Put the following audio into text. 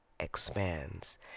expands